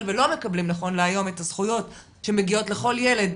ולא מקבלים נכון להיום את הזכויות שמגיעות לכל ילד,